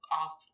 off